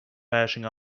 bashing